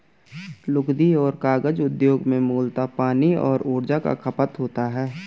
लुगदी और कागज उद्योग में मूलतः पानी और ऊर्जा का खपत होता है